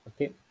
Okay